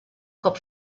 cop